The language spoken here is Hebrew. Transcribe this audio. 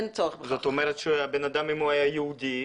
זאת אומרת אם הבן אדם היה יהודי,